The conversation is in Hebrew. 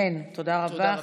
תודה רבה.